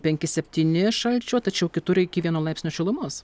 penki septyni šalčio tačiau kitur iki vieno laipsnio šilumos